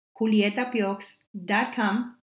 julietapiox.com